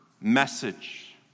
message